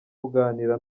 kuganira